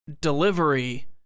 delivery